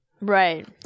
Right